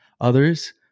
others